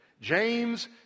James